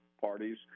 parties